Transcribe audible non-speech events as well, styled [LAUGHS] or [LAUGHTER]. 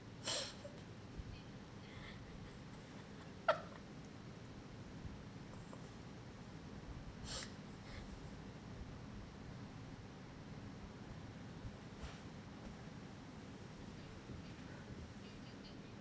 [BREATH] [LAUGHS]